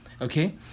okay